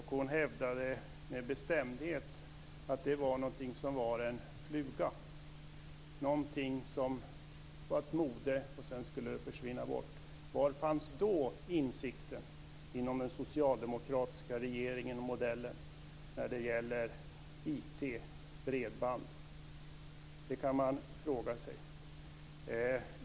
Hon hävdade med bestämdhet att det var någonting som var en fluga, någonting som var ett mode och som sedan skulle försvinna. Var fanns insikten då inom den socialdemokratiska regeringen när det gäller IT och bredband? Det kan man fråga sig.